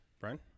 Brian